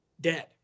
dead